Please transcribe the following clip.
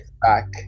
back